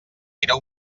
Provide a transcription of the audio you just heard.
era